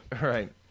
Right